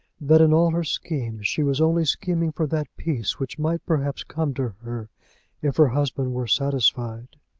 that in all her schemes she was only scheming for that peace which might perhaps come to her if her husband were satisfied.